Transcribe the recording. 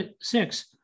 six